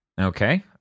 Okay